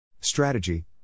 Strategy